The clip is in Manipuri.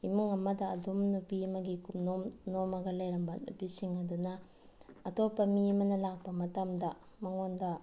ꯏꯃꯨꯡ ꯑꯃꯗ ꯑꯗꯨꯝ ꯅꯨꯄꯤ ꯑꯃꯒꯤ ꯀꯨꯞꯅꯣꯝ ꯅꯣꯝꯃꯒ ꯂꯩꯔꯝꯕ ꯅꯨꯄꯤꯁꯤꯡ ꯑꯗꯨꯅ ꯑꯇꯣꯞꯄ ꯃꯤ ꯑꯃꯅ ꯂꯥꯛꯄ ꯃꯇꯝꯗ ꯃꯉꯣꯟꯗ